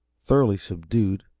thoroughly subdued,